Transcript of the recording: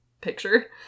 picture